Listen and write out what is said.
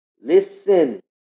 Listen